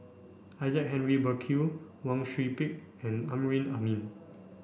Isaac Henry Burkill Wang Sui Pick and Amrin Amin